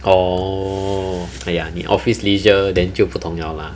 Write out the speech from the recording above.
orh !aiya! 你 office leisure then 就不同了 lah